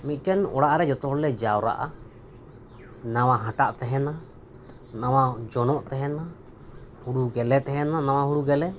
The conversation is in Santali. ᱢᱤᱫᱴᱮᱱ ᱚᱲᱟᱜ ᱨᱮ ᱡᱚᱛᱚ ᱦᱚᱲ ᱞᱮ ᱡᱟᱣᱨᱟᱜᱼᱟ ᱱᱟᱶᱟ ᱦᱟᱴᱟᱜ ᱛᱟᱦᱮᱱᱟ ᱱᱟᱶᱟ ᱡᱚᱱᱚᱜ ᱛᱟᱦᱮᱱᱟ ᱦᱩᱲᱩ ᱜᱮᱞᱮ ᱛᱟᱦᱮᱱᱟ ᱱᱟᱶᱟ ᱦᱩᱲᱩ ᱜᱮᱞᱮ